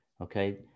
okay